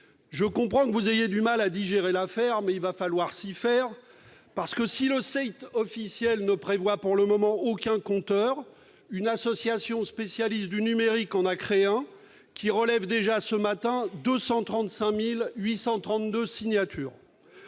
Je comprends que vous ayez du mal à digérer l'affaire, mais il va falloir vous y faire : si le site officiel ne comporte pour le moment aucun compteur, une association spécialiste du numérique en a créé un, qui relevait déjà ce matin 235 832 signatures.